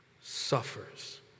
suffers